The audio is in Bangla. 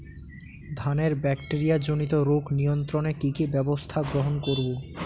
ধানের ব্যাকটেরিয়া জনিত রোগ নিয়ন্ত্রণে কি কি ব্যবস্থা গ্রহণ করব?